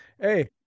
Hey